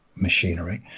machinery